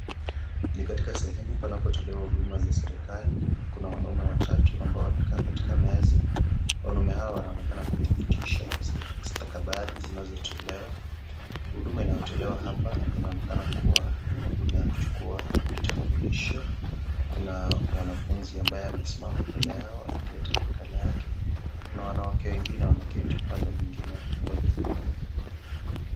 Ni katika sehemu panatolewa huduma za serikali. Kuna wanaume watatu ambao wamekaa katika meza. Wanaume hao wanaonenakana kuthibitisha stakabadhi zinazotolewa. Huduma unaotolewa hapa inaonekana kuwa ni huduma ya kuchukua vitambulisho. Kuna mwanafunzi ambaye amesimama mbele yao akileta nakala yake. Kuna wanawake wengine wameketi upande mwingine wakingoja kuhudumiwa.